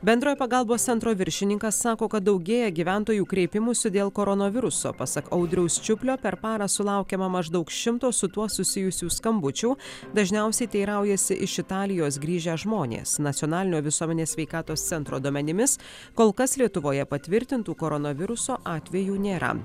bendrojo pagalbos centro viršininkas sako kad daugėja gyventojų kreipimųsi dėl koronaviruso pasak audriaus čiuplio per parą sulaukiama maždaug šimto su tuo susijusių skambučių dažniausiai teiraujasi iš italijos grįžę žmonės nacionalinio visuomenės sveikatos centro duomenimis kol kas lietuvoje patvirtintų koronaviruso atvejų nėra